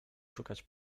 szukać